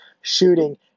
shooting